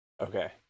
Okay